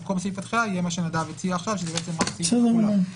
במקום סעיף התחילה יהיה מה שנדב הציע עכשיו שזה בעצם --- בסדר גמור.